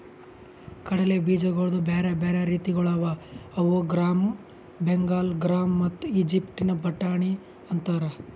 ಕಡಲೆ ಬೀಜಗೊಳ್ದು ಬ್ಯಾರೆ ಬ್ಯಾರೆ ರೀತಿಗೊಳ್ ಅವಾ ಅವು ಗ್ರಾಮ್, ಬೆಂಗಾಲ್ ಗ್ರಾಮ್ ಮತ್ತ ಈಜಿಪ್ಟಿನ ಬಟಾಣಿ ಅಂತಾರ್